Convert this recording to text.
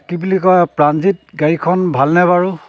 কি বুলি কয় প্ৰাণজিৎ গাড়ীখন ভালনে বাৰু